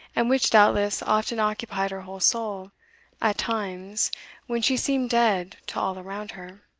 and which doubtless often occupied her whole soul at times when she seemed dead to all around her.